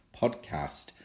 podcast